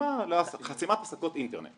חסימת עסקות אינטרנט.